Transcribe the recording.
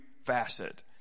facet